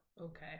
Okay